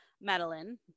madeline